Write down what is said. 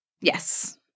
Yes